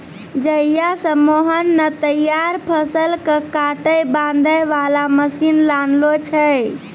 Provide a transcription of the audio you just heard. जहिया स मोहन नॅ तैयार फसल कॅ काटै बांधै वाला मशीन लानलो छै